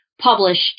published